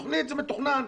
בתכנית זה מתוכנן.